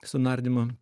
su nardymu